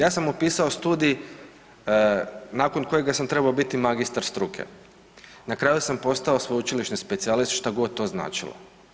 Ja sam upisao studij nakon kojega sam trebao biti magistar struke, na kraju sam postao sveučilišni specijalist, što god to značilo.